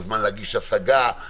או זמן להגיש השגה,